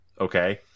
Okay